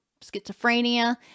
schizophrenia